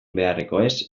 beharrekoez